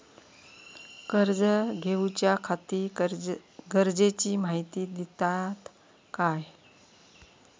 कर्ज घेऊच्याखाती गरजेची माहिती दितात काय?